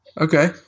Okay